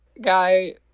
guy